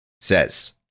says